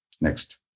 Next